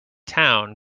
town